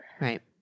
Right